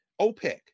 OPEC